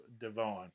divine